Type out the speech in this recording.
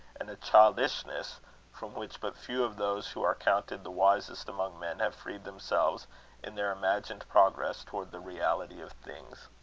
and a childishness from which but few of those who are counted the wisest among men, have freed themselves in their imagined progress towards the reality of things.